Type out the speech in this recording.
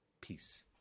peace